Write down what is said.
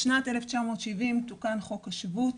בשנת 1970 תוקן חוק השבות,